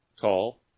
Tall